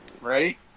ready